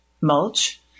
mulch